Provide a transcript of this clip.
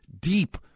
deep